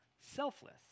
selfless